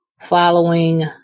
Following